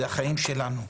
זה החיים שלנו.